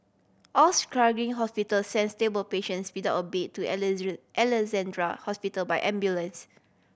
all struggling hospital sent stable patients without a bed to Alexandra Hospital by ambulance